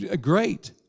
great